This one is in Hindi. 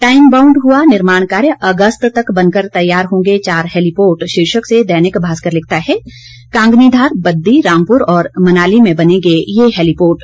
टाइमबाउंड हुआ निर्माण कार्य अगस्त तक बनकर तैयार होंगे चार हेलीपोर्ट शीर्षक से दैनिक भास्कर लिखता है कांगनीधार बद्दी रामपुर और मनाली में बनेंगे ये हेलीपोर्ट